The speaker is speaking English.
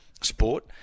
sport